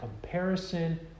comparison